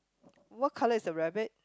what colour is the rabbit